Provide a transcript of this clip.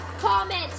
Comment